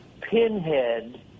pinhead